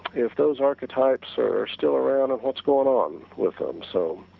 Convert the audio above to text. if those archetypes are still around and what's going on with them so,